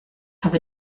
have